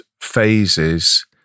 phases